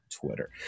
Twitter